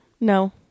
No